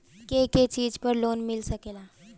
के के चीज पर लोन मिल सकेला?